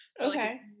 Okay